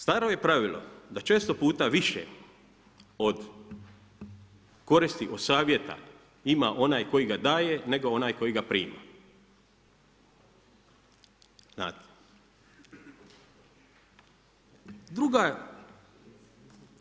Staro je pravilo da često puta više koristi od savjeta ima onaj koji ga daje nego onaj koji ga prima, znate.